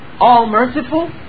all-merciful